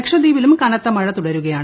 ലക്ഷദ്വീപിലും കനത്ത മഴ തുടരുകയാണ്